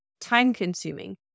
time-consuming